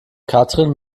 katrin